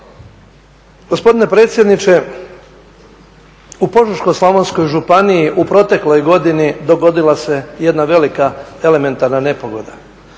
Gospodine predsjedniče, u Požeško-slavonskoj županiji u protekloj godini dogodila se jedna velika elementarna nepogoda.